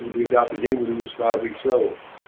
we adopted him when he was five weeks old.